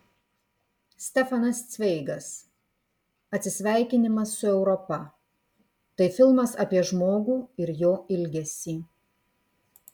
stefanas cveigas atsisveikinimas su europa tai filmas apie žmogų ir jo ilgesį